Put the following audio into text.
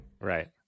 Right